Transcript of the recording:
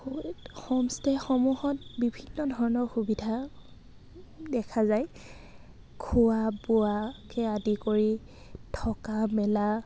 হোমষ্টে'সমূহত বিভিন্ন ধৰণৰ সুবিধা দেখা যায় খোৱা বোৱাকে আদি কৰি থকা মেলা